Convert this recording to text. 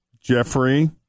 Jeffrey